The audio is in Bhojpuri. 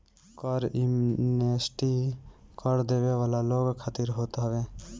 कर एमनेस्टी कर देवे वाला लोग खातिर होत हवे